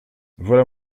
voilà